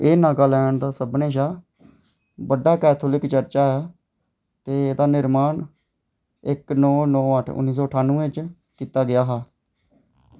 एह् नागालैंड दा सभनें शा बड्डा कैथोलिक चर्चा ऐ ते एह्दा निर्मान उन्नी सौ ठानवैं च कीता गेआ हा